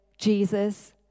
Jesus